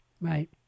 Right